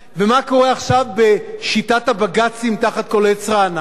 ומה קורה עכשיו בשיטת הבג"צים תחת כל עץ רענן?